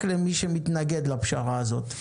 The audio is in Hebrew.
שלום רב, אני מתכבד לפתוח את הישיבה.